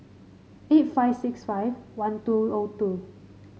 eight five six five one two O two